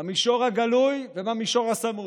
במישור הגלוי ובמישור הסמוי,